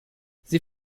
sie